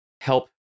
help